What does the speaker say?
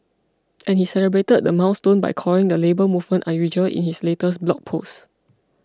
and he celebrated the milestone by calling the Labour Movement unusual in his latest blog post